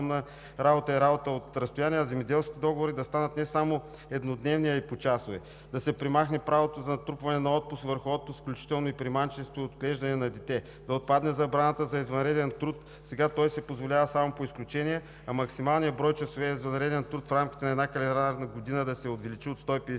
работа и работа от разстояние, а земеделските договори да станат не само еднодневни, а и почасови. Да се премахне правото за натрупване на отпуск върху отпуск, включително и при майчинство и отглеждане на дете. Да отпадне забраната за извънреден труд. Сега той се позволява само по изключение, а максималният брой часове извънреден труд в рамките на една календарна година да се увеличи от 150